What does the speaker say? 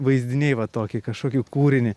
vaizdiniai va tokį kažkokį kūrinį